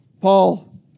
Paul